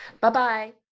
Bye-bye